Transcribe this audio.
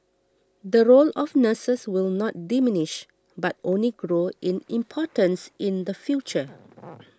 the role of nurses will not diminish but only grow in importance in the future